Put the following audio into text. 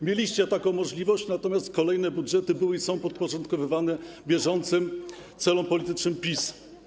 Mieliście taką możliwość, natomiast kolejne budżety były i są podporządkowywane bieżącym celom politycznym PiS.